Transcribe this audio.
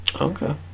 Okay